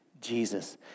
Jesus